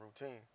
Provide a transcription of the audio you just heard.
routine